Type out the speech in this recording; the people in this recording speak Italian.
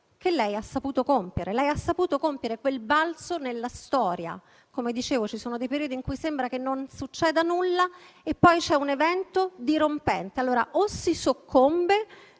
Conte, ha saputo compiere. Lei ha saputo compiere un balzo nella storia. Come dicevo, ci sono periodi in cui sembra che non succeda nulla e poi c'è un evento dirompente. A quel punto, o si soccombe